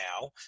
now